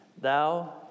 thou